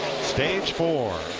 stage four.